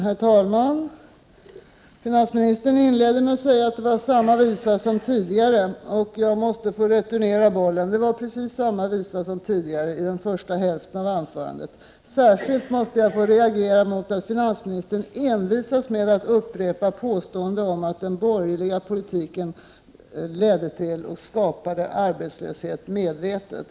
Herr talman! Finansministern inledde med att säga att det var samma visa som tidigare, och jag måste få returnera bollen. Det var precis samma visa som tidigare i den första hälften av finansministerns anförande. Särskilt måste jag få reagera mot att finansministern envisas med att upprepa påståendet att den borgerliga politiken medvetet skapade arbetslöshet.